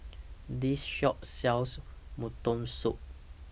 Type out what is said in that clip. This Shop sells Mutton Soup